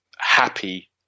Happy